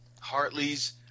Hartley's